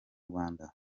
rwanda